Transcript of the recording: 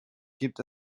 gibt